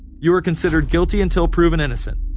you are considered guilty until proven innocent.